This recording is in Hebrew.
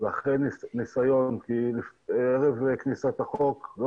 ואחרי ניסיון כי ערב כניסת החוק לא